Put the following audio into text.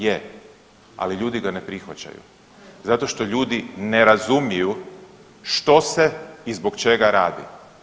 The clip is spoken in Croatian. Je, ali ljudi ga ne prihvaćaju zato što ljudi ne razumiju što se i zbog čega radi.